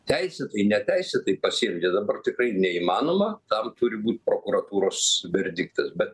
teisėtai neteisėtai pasielgė dabar tikrai neįmanoma tam turi būt prokuratūros verdiktas bet